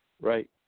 Right